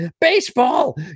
baseball